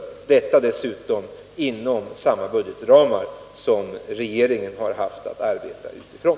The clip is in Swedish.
Dessutom ligger dessa förslag inom samma budgetramar som regeringen har haft att arbeta utifrån.